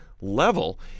level